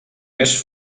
més